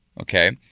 Okay